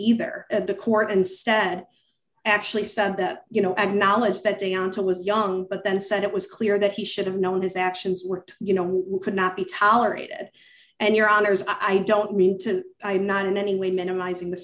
either at the court instead actually said that you know acknowledge that they on to list young but then said it was clear that he should have known his actions were you know could not be tolerated and your honors i don't need to i'm not in any way minimizing the